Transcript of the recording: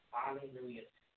Hallelujah